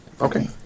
Okay